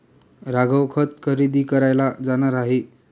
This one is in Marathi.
राघव खत खरेदी करायला जाणार आहे